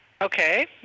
Okay